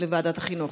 לוועדת החינוך.